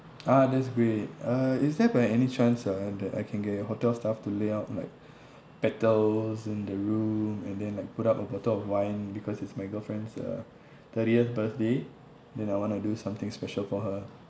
ah that's great uh is there by any chance uh that I can get your hotel staff to lay out like petals in the room and then like put up a bottle of wine because it's my girlfriend's uh thirtieth birthday and I want to do something special for her